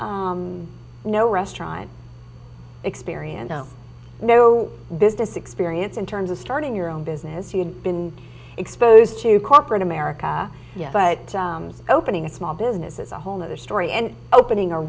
no restaurant experience no no business experience in terms of starting your own business you've been exposed to corporate america but opening a small business is a whole nother story and opening a